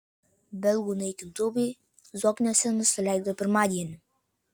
belgų naikintuvai zokniuose nusileido pirmadienį